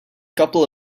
couple